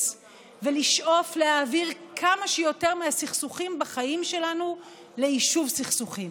ולשאוף להעביר כמה שיותר מהסכסוכים בחיים שלנו ליישוב סכסוכים.